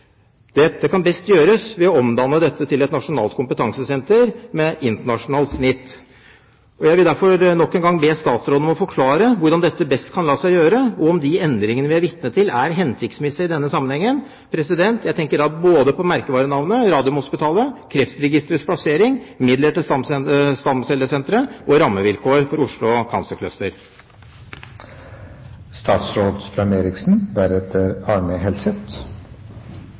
et nasjonalt kompetansesenter med internasjonalt snitt. Jeg vil derfor nok en gang be statsråden forklare hvordan dette best kan la seg gjøre, og om de endringene vi er vitne til, er hensiktsmessige i denne sammenhengen. Jeg tenker da både på merkevarenavnet Radiumhospitalet, Kreftregisterets plassering, midler til stamcellesenteret og rammevilkår for Oslo